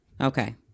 Okay